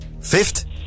Fifth